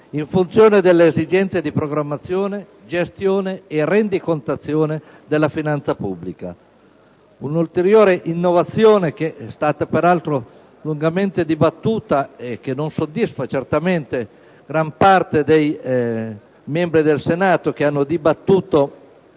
in funzione delle esigenze di programmazione, gestione e rendicontazione della finanza pubblica. Un'ulteriore innovazione, che è stata peraltro lungamente dibattuta e che non soddisfa certamente gran parte dei membri del Senato, è costituita